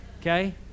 okay